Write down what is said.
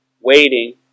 waiting